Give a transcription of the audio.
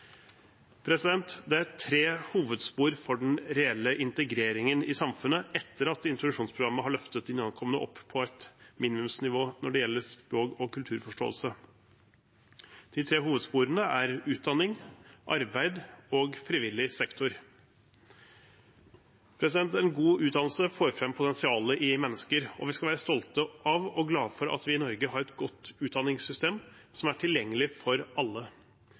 Det er tre hovedspor for den reelle integreringen i samfunnet etter at introduksjonsprogrammet har løftet de nyankomne opp på et minimumsnivå når det gjelder språk og kulturforståelse. De tre hovedsporene er utdanning, arbeid og frivillig sektor. En god utdannelse får fram potensialet i mennesker. Vi skal være stolte av og glade for at vi i Norge har et godt utdanningssystem som er tilgjengelig for alle.